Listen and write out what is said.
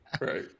right